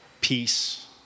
peace